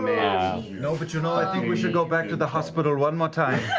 no, but you know i think we should go back to the hospital one more time.